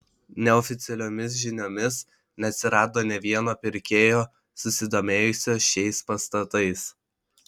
neoficialiomis žiniomis neatsirado nė vieno pirkėjo susidomėjusio šiais pastatais